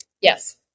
Yes